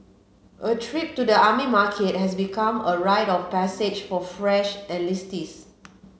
a trip to the army market has become a rite of passage for fresh enlistees